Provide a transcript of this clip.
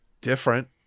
different